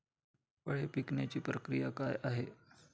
फळे पिकण्याची प्रक्रिया काय आहे?